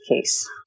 case